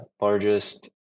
largest